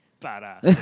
Badass